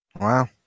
Wow